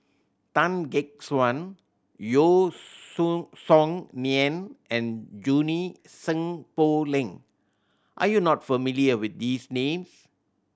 Tan Gek Suan Yeo Sun Song Nian and Junie Sng Poh Leng are you not familiar with these names